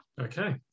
Okay